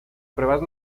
pruebas